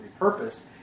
repurpose